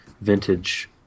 vintage